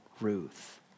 Ruth